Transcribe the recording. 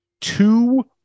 two